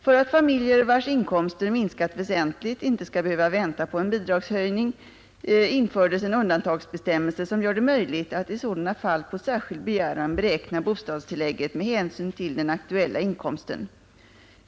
För att familjer vars inkomster minskat väsentligt inte skall behöva vänta på en bidragshöjning, infördes en undantagsbestämmelse som gör det möjligt att i sådana fall på särskild begäran beräkna bostadstillägget med hänsyn till den aktuella inkomsten.